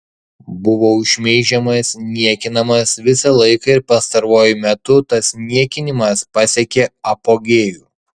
buvau šmeižiamas niekinamas visą laiką ir pastaruoju metu tas niekinimas pasiekė apogėjų